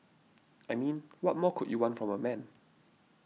I mean what more could you want from a man